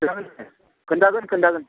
खोनथागोन खोनथागोन